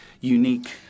unique